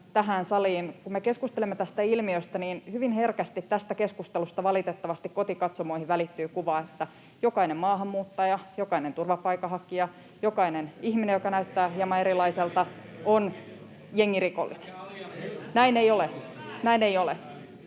Kun me keskustelemme tästä ilmiöstä, niin hyvin herkästi tästä keskustelusta valitettavasti kotikatsomoihin välittyy kuva, että jokainen maahanmuuttaja, jokainen turvapaikanhakija, jokainen ihminen, joka näyttää hieman erilaiselta, on jengirikollinen. [Oikealta: